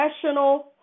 professional